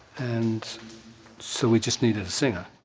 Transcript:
and so we just needed a singer.